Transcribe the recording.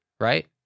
right